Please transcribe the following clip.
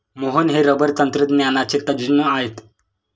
मोहन हे रबर तंत्रज्ञानाचे तज्ज्ञ आहेत